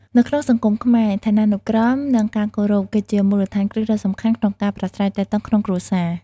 នៅក្នុងសង្គមខ្មែរ ឋានានុក្រម និងការគោរព គឺជាមូលដ្ឋានគ្រឹះដ៏សំខាន់ក្នុងការប្រាស្រ័យទាក់ទងក្នុងគ្រួសារ។